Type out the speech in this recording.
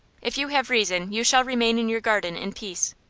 if you have reason, you shall remain in your garden in peace.